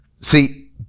See